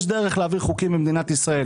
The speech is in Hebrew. יש דרך להעביר חוקים במדינת ישראל.